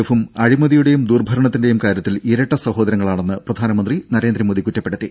എഫും അഴിമതി യുടെയും ദുർഭരണത്തിന്റെയും കാര്യത്തിൽ ഇരട്ട സഹോദരങ്ങളാ ണെന്ന് പ്രധാനമന്ത്രി നരേന്ദ്രമോദി കുറ്റപ്പെടുത്തി